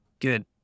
Good